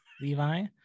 Levi